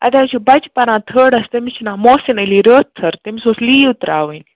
اَتہِ حظ چھِ بَچہٕ پَران تھٲرڈَس تٔمِس چھِ ناو محسِن علی رٲتھٕر تٔمِس اوس لیٖو ترٛاوٕنۍ